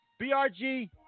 BRG